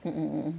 mm mm